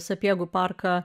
sapiegų parką